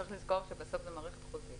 צריך לזכור שבסוף זה מערכת חוזים.